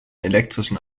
elektrischen